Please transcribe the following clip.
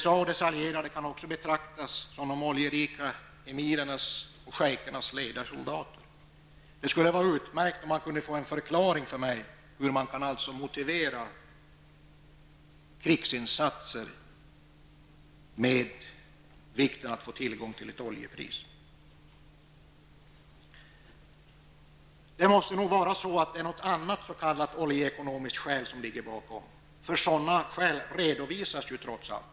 USA och dess allierade kan också betraktas som de oljerika emirernas och schejkernas lejda soldater. Det skulle vara utmärkt om någon kunde förklara för mig hur krigsinsatser kan motiveras med vikten av att få ett bra oljepris. Det måste vara något annat s.k. oljeekonomiskt skäl som ligger bakom, för sådana skäl redovisas ju trots allt.